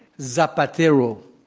zapatero,